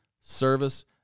service